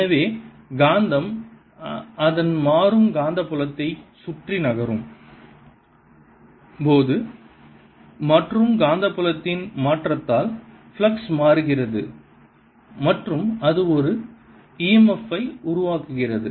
எனவே காந்தம் அதன் மாறும் காந்தப்புலத்தை சுற்றி நகரும் போது மற்றும் காந்தப்புலத்தின் மாற்றத்தால் ஃப்ளக்ஸ் மாறுகிறது மற்றும் அது ஒரு e m f ஐ உருவாக்குகிறது